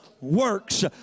works